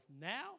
now